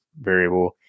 variable